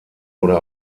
oder